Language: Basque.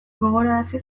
gogorarazi